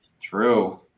True